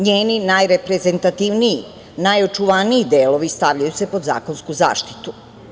Njeni najreprezentativniji, najočuvaniji delovi stavljaju se pod zakonsku zaštitu.